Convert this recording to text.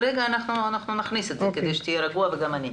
אנחנו נכניס את זה כדי שתהיה רגוע וגם אני.